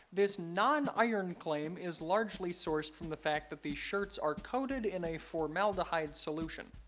this non-iron claim is largely sourced from the fact that these shirts are coded in a formaldehyde solution,